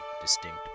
distinct